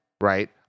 Right